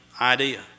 idea